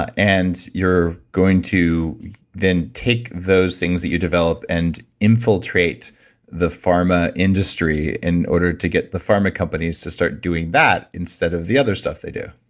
and you're going to then take those things that you develop and infiltrate the pharma industry in order to get the pharma companies to start doing that instead of the other stuff they do?